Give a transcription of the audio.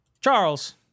charles